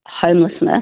homelessness